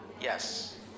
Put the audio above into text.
Yes